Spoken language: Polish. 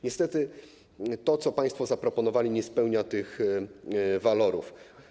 Niestety to, co państwo zaproponowali, nie posiada tych walorów.